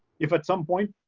if at some point,